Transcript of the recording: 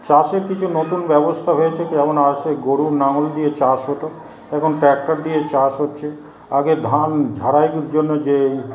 চাষের কিছু নতুন ব্যবস্থা হয়েছে যেমন সে গরুর লাঙল দিয়ে চাষ হত এখন ট্রাক্টর দিয়ে চাষ হচ্ছে আগে ধান ঝারাইয়ের জন্য যে